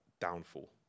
downfall